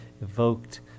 evoked